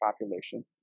population